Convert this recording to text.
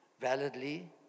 validly